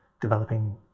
developing